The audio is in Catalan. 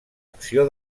acció